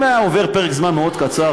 אם היה עובר פרק זמן מאוד קצר,